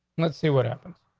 let's see what happens.